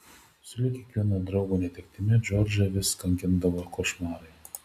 sulig kiekvieno draugo netektimi džordžą vis kankindavo košmarai